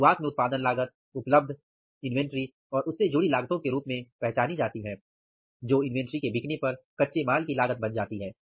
शुरुआत में उत्पादन लागत उपलब्ध इन्वेंटरी और उससे जुड़ी लागतो के रूप में पहचानी जाती है जो इन्वेंटरी के बिकने पर बेचे गए माल की लागत बन जाती है